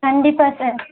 கண்டிப்பாக சார்